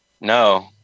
No